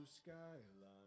skyline